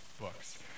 books